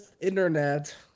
internet